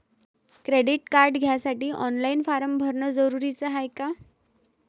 Credit card घ्यासाठी online form भरन जरुरीच हाय का?